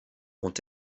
ont